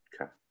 Okay